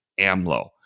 AMLO